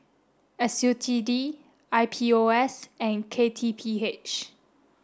S U T D I P O S and K T P H